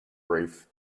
reef